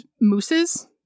mooses